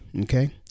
Okay